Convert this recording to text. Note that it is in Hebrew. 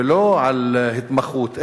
ולא על התמחות,